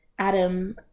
Adam